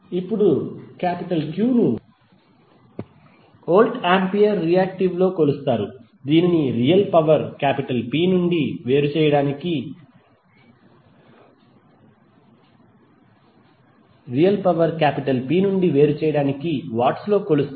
ఇప్పుడు Q ను volt ampere reactive లో కొలుస్తారు దీనిని రియల్ పవర్ P నుండి వేరు చేయడానికి వాట్స్లో కొలుస్తారు